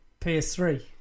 PS3